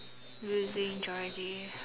losing Georgie